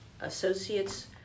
associates